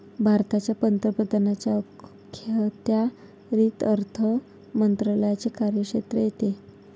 भारताच्या पंतप्रधानांच्या अखत्यारीत अर्थ मंत्रालयाचे कार्यक्षेत्र येते